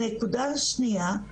הנקודה השניה,